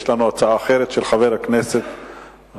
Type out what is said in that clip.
יש לנו הצעה אחרת, של חבר הכנסת גנאים.